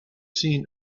seen